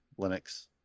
linux